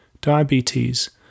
diabetes